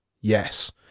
yes